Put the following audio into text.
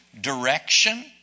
Direction